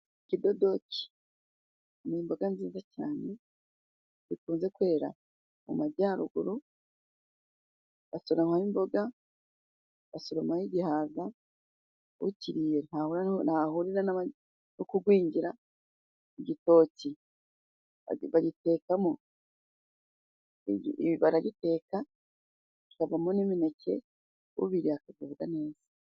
Ikidodoki ni imboga nziza cyane, bikunze kwera mu majyaruguru, batoranywaho imboga, basoromaho igihaza, ukiriye ntaho ahurira no kugwingira. Igitoki bagitekamo, baragiteka, kikavamo n'imineke, ubiriye akavuga neza.